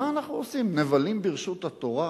מה אנחנו עושים, נבלים ברשות התורה?